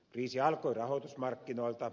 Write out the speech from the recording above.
kriisi alkoi rahoitusmarkkinoilta